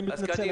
אני מתנצל.